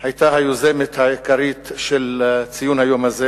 היתה היוזמת העיקרית של ציון היום הזה.